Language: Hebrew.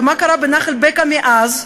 ומה קרה בנחל-בקע מאז?